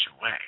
away